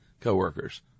coworkers